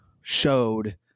showed